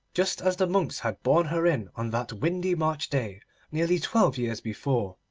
just as the monks had borne her in on that windy march day nearly twelve years before.